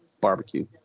barbecue